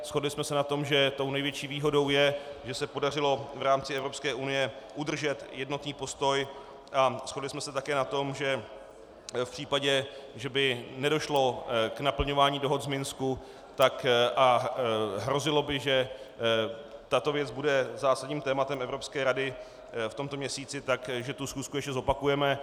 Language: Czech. Shodli jsme se na tom, tou největší výhodou je, že se podařilo v rámci Evropské unie udržet jednotný postoj, a shodli jsme se také na tom, že v případě, že by nedošlo k naplňování dohod z Minsku a hrozilo by, že tato věc bude zásadním tématem Evropské rady v tomto měsíci, tak že tu schůzku ještě zopakujeme.